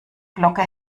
glocke